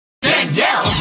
Danielle